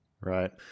Right